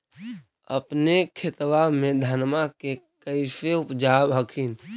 अपने खेतबा मे धन्मा के कैसे उपजाब हखिन?